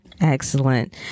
Excellent